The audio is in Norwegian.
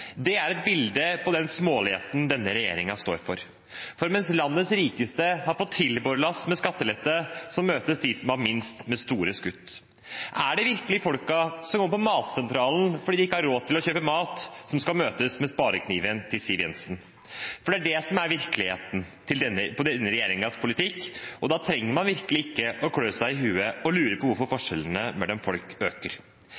Det er et bilde på den småligheten denne regjeringen står for. For mens landets rikeste har fått trillebårlass med skattelette, møtes de som har minst, med store kutt. Er det virkelig folka som går på Matsentralen fordi de ikke har råd til å kjøpe mat, som skal møtes med sparekniven til Siv Jensen? For det er det som er virkeligheten med denne regjeringens politikk, og da trenger man virkelig ikke å klø seg i hodet og lure på hvorfor